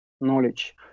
knowledge